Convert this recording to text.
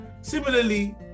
similarly